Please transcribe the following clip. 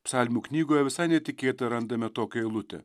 psalmių knygoje visai netikėtai randame tokią eilutę